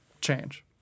change